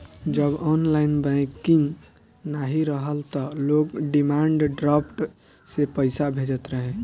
जब online banking नाइ रहल तअ लोग डिमांड ड्राफ्ट से पईसा भेजत रहे